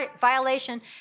violation